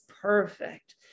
perfect